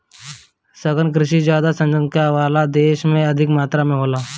सघन कृषि ज्यादा जनसंख्या वाला देश में अधिक मात्रा में होला